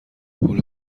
پول